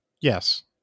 yes